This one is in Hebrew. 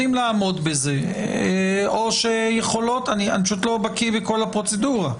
אני פשוט לא בקיא בכל הפרוצדורה.